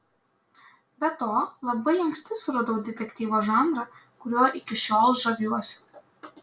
be to labai anksti suradau detektyvo žanrą kuriuo iki šiol žaviuosi